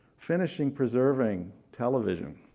finishing preserving television